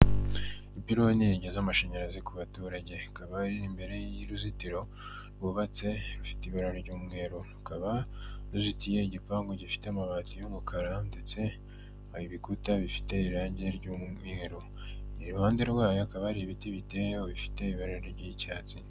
Ipirone rinyuza amashanyarazi ku baturage, rikaba riri imbere y'uruzitiro rwubatse rufite ibara ry'umweru, rukaba ruzitiye igipangu gifite amabati y'umukara ndetse ibikuta bifite irangi ry'umweru, iruhande rwayo hakaba hari ibiti biteyeho bifite ibara ry'icyatsi.